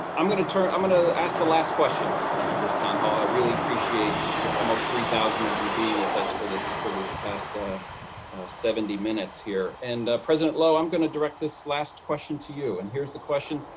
i'm going to turn i'm going to ask the last question of this town hall. i really appreciate the almost three thousand of you being with us for this for this past seventy minutes here. and president loh, i'm going to direct this last question to you. and here's the question.